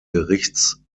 gerichts